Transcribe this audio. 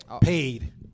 Paid